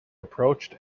approached